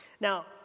Now